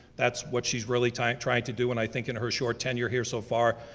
that's what she's really trying trying to do, and i think in her short tenure here so far,